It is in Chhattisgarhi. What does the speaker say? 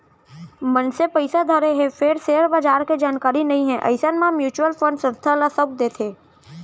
मनसे पइसा धरे हे फेर सेयर बजार के जानकारी नइ हे अइसन म म्युचुअल फंड संस्था ल सउप देथे